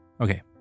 Okay